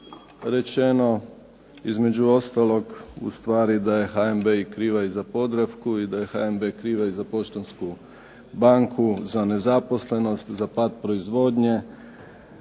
izrečeno između ostalog da je HNB kriva i za Podravku i da je HNB kriva i za Poštansku banku i nezaposlenost, za pad proizvodnje,